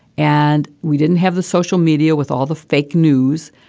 and we didn't have the social media with all the fake news.